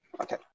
Okay